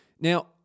Now